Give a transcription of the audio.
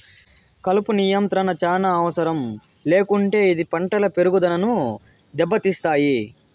కలుపు నియంత్రణ చానా అవసరం లేకుంటే ఇది పంటల పెరుగుదనను దెబ్బతీస్తాయి